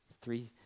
Three